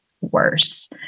worse